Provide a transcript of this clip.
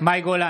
מאי גולן,